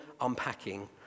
unpacking